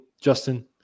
Justin